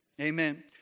Amen